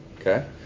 okay